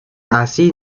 así